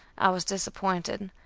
i was disappointed,